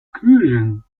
kühlen